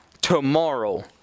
tomorrow